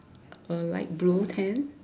a light blue tent